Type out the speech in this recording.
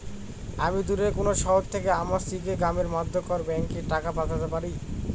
আমি দূরের কোনো শহর থেকে আমার স্ত্রীকে গ্রামের মধ্যেকার ব্যাংকে টাকা পাঠাতে পারি?